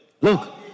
look